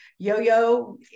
Yo-yo